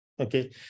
Okay